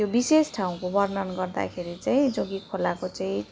त्यो विशेष ठाउँको वर्णन गर्दाखेरि चाहिँ जोगी खोलाको चाहिँ